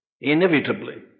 inevitably